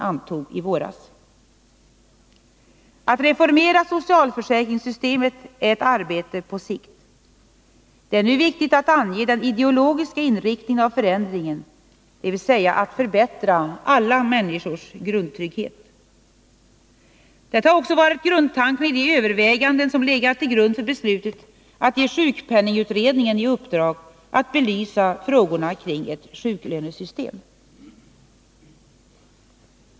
Att reformera socialförsäkringssystemet är ett arbete på sikt. Det är nu viktigt att ange den ideologiska inriktningen av förändringen, dvs. att förbättra alla människors grundtrygghet. Detta har också varit grundtanken i övervägandena inför beslutet att ge sjukpenningutredningen i uppdrag att belysa frågorna kring ett sjuklönesystem.